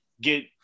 get